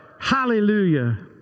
Hallelujah